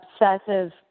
obsessive